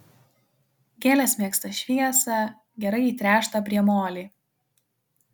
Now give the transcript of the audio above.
gėlės mėgsta šviesią gerai įtręštą priemolį